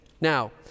Now